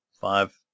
five